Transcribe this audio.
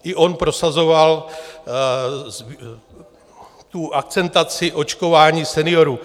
I on prosazoval tu akcentaci očkování seniorů.